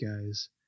guys